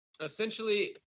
essentially